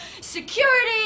security